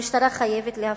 המשטרה חייבת להפסיק.